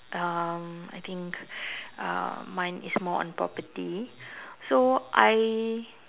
um I think uh mine is more on property so I